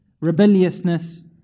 rebelliousness